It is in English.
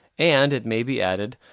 and, it may be added,